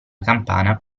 campana